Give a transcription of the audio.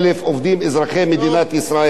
150,000 עובדים.